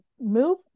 move